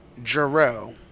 Jarrell